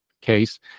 case